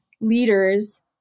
leaders